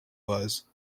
was